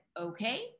okay